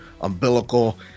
umbilical